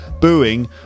booing